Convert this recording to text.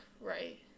right